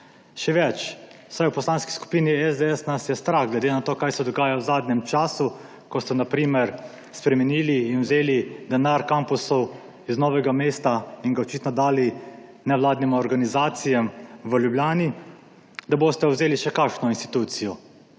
Še več, v Poslanski skupini SDS nas je strah, glede na to, kaj se dogaja v zadnjem času, ko ste, na primer spremenili in vzeli denar kampusu iz Novega mesta in ga očitno dali nevladnim organizacijam v Ljubljani, da boste vzeli še kakšno institucijo